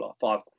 five